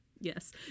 Yes